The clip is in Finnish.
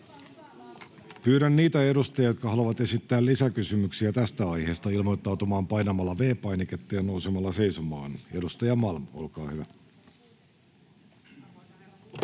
Pyydän niitä edustajia, jotka haluavat esittää lisäkysymyksiä tästä aiheesta, ilmoittautumaan painamalla V-painiketta ja nousemalla seisomaan. — Edustaja Malm, olkaa hyvä.